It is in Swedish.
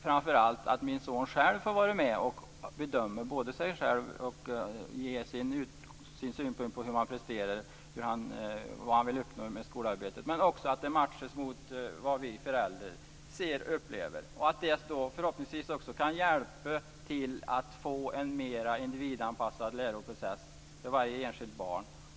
Framför allt får min son vara med och bedöma sig själv och ge sina synpunkter på vad han presterar och vad han vill uppnå med skolarbetet. Det matchas också mot vad vi föräldrar ser och upplever. Förhoppningsvis kan det också hjälpa till att få en mer individanpassad läroprocess för varje enskilt barn.